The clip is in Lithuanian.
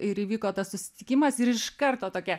ir įvyko tas susitikimas ir iš karto tokia